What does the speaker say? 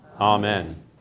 Amen